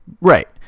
right